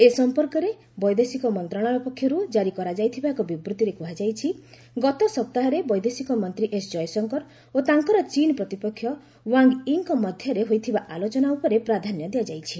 ଏ ସମ୍ପର୍କରେ ବୈଦେଶିକ ମନ୍ତ୍ରଣାଳୟ ପକ୍ଷର୍ ଜାରି କରାଯାଇଥିବା ଏକ ବିବୃତ୍ତିରେ କୃହାଯାଇଛି ଗତ ସପ୍ତାହରେ ବୈଦେଶିକ ମନ୍ତ୍ରୀ ଏସ୍ ଜୟଶଙ୍କର ଓ ତାଙ୍କର ଚୀନ୍ ପ୍ରତିପକ୍ଷ ୱାଙ୍ଗ୍ ୟି ଙ୍କ ମଧ୍ୟରେ ହୋଇଥିବା ଆଲୋଚନା ଉପରେ ପ୍ରାଧାନ୍ୟ ଦିଆଯାଇଛି